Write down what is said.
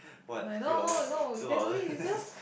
like no no no you can do this is just